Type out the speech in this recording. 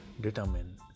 determine